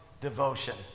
devotion